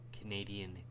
Canadian